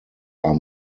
are